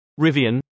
Rivian